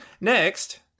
Next